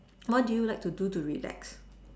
what do you like to do to relax